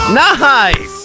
nice